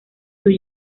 sus